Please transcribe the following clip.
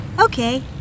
Okay